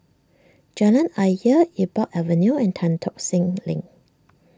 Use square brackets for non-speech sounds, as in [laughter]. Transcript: Jalan Ayer Iqbal Avenue and Tan Tock Seng [noise] Link